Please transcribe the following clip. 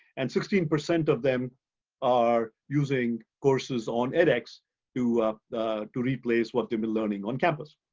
and sixteen percent of them are using courses on edx to to replace what they've been learning on campus.